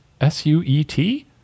S-U-E-T